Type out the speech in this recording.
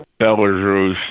Belarus